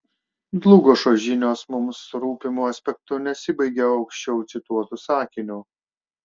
dlugošo žinios mums rūpimu aspektu nesibaigia aukščiau cituotu sakiniu